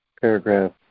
paragraph